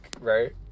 right